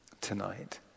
tonight